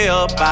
up